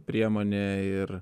priemonė ir